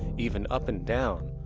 even up and down,